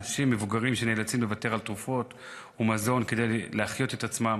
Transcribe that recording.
אנשים מבוגרים שנאלצים לוותר על תרופות ומזון כדי להחיות את עצמם